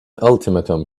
ultimatum